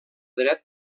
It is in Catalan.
dret